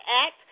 act